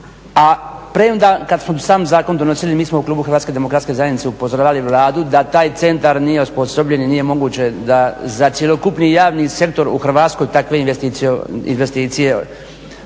a premda kad smo sam zakon donosili, mi smo u Klubu HDZ-a upozoravali Vladu da taj centar nije osposobljen i nije moguće da za cjelokupni javni sektor u Hrvatskoj takve investicije provodi,